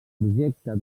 projecte